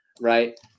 right